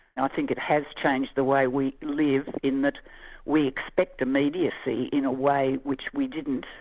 i think it has changed the way we live, in that we expect immediacy in a way which we didn't,